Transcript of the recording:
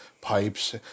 pipes